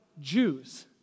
Jews